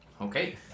Okay